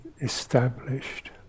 established